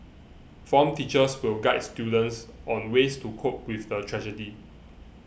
form teachers will guide students on ways to cope with the tragedy